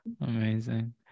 Amazing